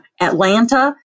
Atlanta